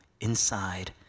inside